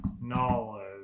knowledge